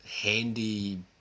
handy